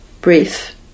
Brief